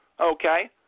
okay